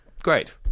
Great